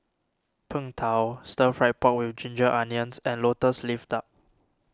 Png Tao Stir Fry Pork with Ginger Onions and Lotus Leaf Duck